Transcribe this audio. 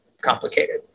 complicated